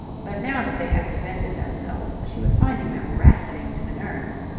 but now that they had presented themselves she was finding them rasping to the nerves.